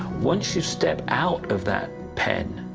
once you step out of that pen,